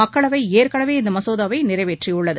மக்களவை ஏற்கௌவே இந்த மசோதாவை நிறைவேற்றியுள்ளது